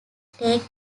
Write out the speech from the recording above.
take